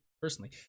personally